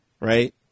right